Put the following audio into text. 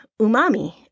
umami